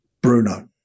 Bruno